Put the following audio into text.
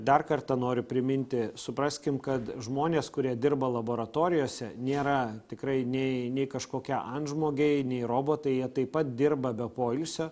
dar kartą noriu priminti supraskim kad žmonės kurie dirba laboratorijose nėra tikrai nei nei kažkokie antžmogiai nei robotai jie taip pat dirba be poilsio